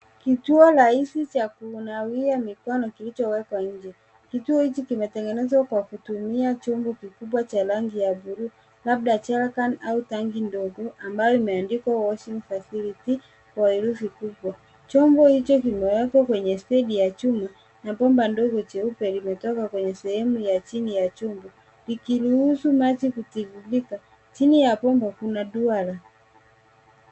Kituo rahisi cha kunawia mikono kilichowekwa nje. Kituo hichi kimetengenezwa kwa kutumia chombo kikubwa cha rangi ya blue , labda Jerrycan au tangi ndogo, ambayo imeandikwa " Washing Facility " kwa herufi kubwa. Chombo hicho kimewekwa kwenye stedi ya chuma, na bomba ndogo jeupe limetoka kwenye sehemu ya chini ya chombo, likiruhusu maji kutiririka. Chini ya bomba kuna ndura.